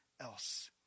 else